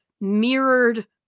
mirrored